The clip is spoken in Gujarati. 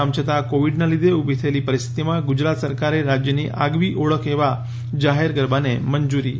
આમ છતાં કોવિડનાં લીધે ઉભી થયેલી પરિસ્થિતીમાં ગુજરાત સરકારે રાજ્યની આગવી ઓળખ એવા જાહેર ગરબાને મંજૂરી આપી નથી